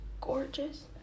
gorgeous